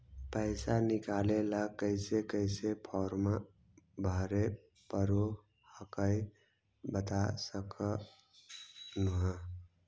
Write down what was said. पैसा निकले ला कैसे कैसे फॉर्मा भरे परो हकाई बता सकनुह?